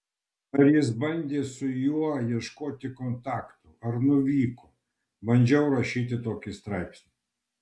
ar jis bandė su juo ieškoti kontaktų ar nuvyko bandžiau rašyti tokį straipsnį